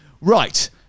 right